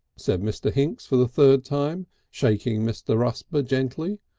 said mr. hinks for the third time, shaking mr. rusper gently.